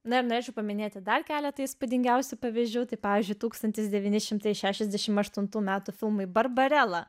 na ir norėčiau paminėti dar keletą įspūdingiausių pavyzdžių tai pavyzdžiui tūkstantis devyni šimtai šešiasdešimt aštuntų metų filmai barbarela